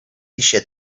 eixe